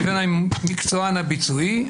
לבין המקצוען הביצועי,